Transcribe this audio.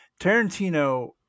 Tarantino